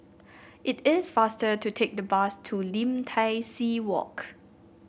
it is faster to take the bus to Lim Tai See Walk